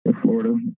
Florida